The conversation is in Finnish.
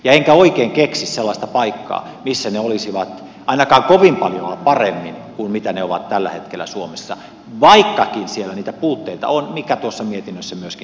enkä oikein keksi sellaista paikkaa missä ne olisivat ainakaan kovin paljoa paremmin kuin mitä ne ovat tällä hetkellä suomessa vaikkakin siellä niitä puutteita on mikä tuossa mietinnössä myöskin sanotaan